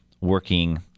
working